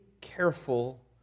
careful